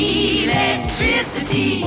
electricity